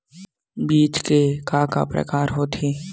बीज के का का प्रकार होथे?